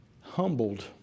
Humbled